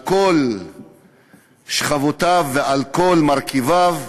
על כל שכבותיו ועל כל מרכיביו,